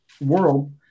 world